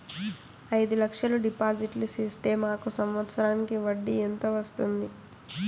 అయిదు లక్షలు డిపాజిట్లు సేస్తే మాకు సంవత్సరానికి వడ్డీ ఎంత వస్తుంది?